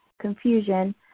confusion